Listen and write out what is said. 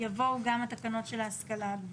יבואו גם התקנות של ההשכלה הגבוהה.